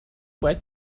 باید